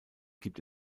gibt